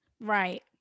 right